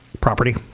property